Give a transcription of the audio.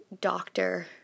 doctor